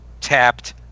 tapped